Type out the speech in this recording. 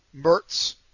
Mertz